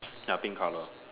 ya pink color